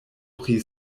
pri